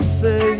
say